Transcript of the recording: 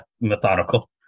methodical